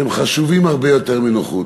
שהם חשובים הרבה יותר מנוחות.